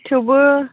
थेवबो